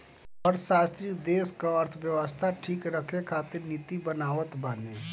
अर्थशास्त्री देस कअ अर्थव्यवस्था ठीक रखे खातिर नीति बनावत बाने